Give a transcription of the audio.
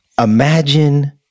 imagine